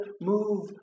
move